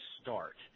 start